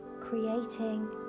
creating